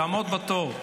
תעמוד בתור.